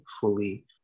fully